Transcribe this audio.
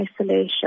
isolation